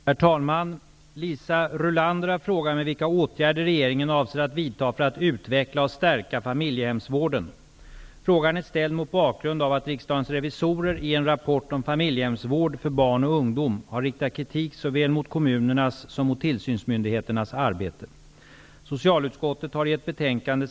Herr talman! Liisa Rulander har frågat mig vilka åtgärder regeringen avser att vidta för att utveckla och stärka familjehemsvården. Frågan är ställd mot bakgrund av att riksdagens revisorer i en rapport om familjehemsvård för barn och ungdom har riktat kritik såväl mot kommunernas som mot tillsynsmyndigheternas arbete.